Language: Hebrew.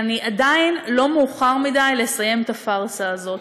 עדיין לא מאוחר מדי לסיים את הפארסה הזאת.